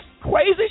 crazy